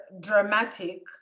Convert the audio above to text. dramatic